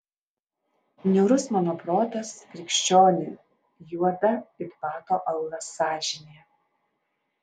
niūrus mano protas krikščioni juoda it bato aulas sąžinė